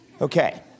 Okay